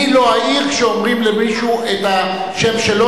אני לא אעיר כשאומרים למישהו את השם שלו,